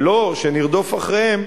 ולא שנרדוף אחריהם,